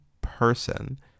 person